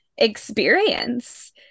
experience